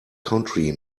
country